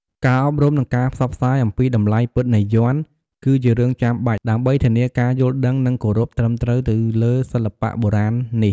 ការអប់រំ និងការផ្សព្វផ្សាយអំពីតម្លៃពិតនៃយ័ន្ត គឺជារឿងចាំបាច់ ដើម្បីធានាការយល់ដឹងនិងគោរពត្រឹមត្រូវទៅលើសិល្បៈបុរាណនេះ។